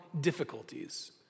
difficulties